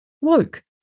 Woke